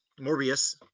Morbius